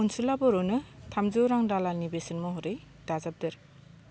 अनसुला बर'नो थामजौ रां दालालनि बेसेन महरै दाजाबदेर